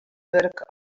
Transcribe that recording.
wurk